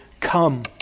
Come